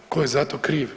Ko je za to kriv?